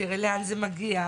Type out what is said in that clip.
תראה לאן זה מגיע.